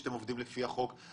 ואתם עובדים לפי החוק,